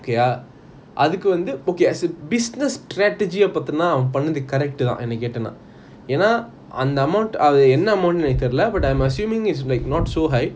okay ah அதுக்கு வந்து:athuku vanthu okay as a business strategy பாடுன:paatuna character தான் என்ன கேட்டன என்ன அந்த:thaan enna keatana enna antha amount என்ன:enna amount என்னக்கு தெரில:ennaku terila but I'm assuming it's like not so high